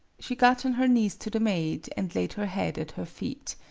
she got on her knees to the maid, and laid her head at her feet.